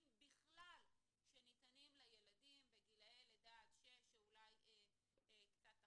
בכלל שניתנים לילדים בגילאי לידה עד שש ואולי קצת אחרי.